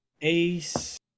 ace